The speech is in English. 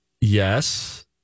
Yes